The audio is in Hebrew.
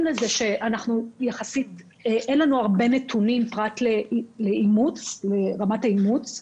לזה שאין לנו הרבה נתונים פרט לרמת האימוץ.